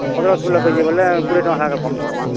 ପନ୍ଦ୍ର ଷୁଲ୍ହ କେଜି ବେଲେ କୁଡ଼ିଏ ଟଙ୍କା କମ୍ କର୍ମା